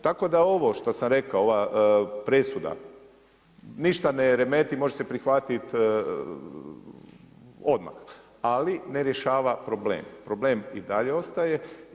Tako da ovo što sam rekao ova presuda, ništa ne remeti, može se prihvatiti odmah, ali ne rješava problem, problem i dalje ostaje.